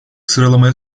sıralamaya